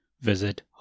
Visit